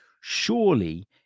surely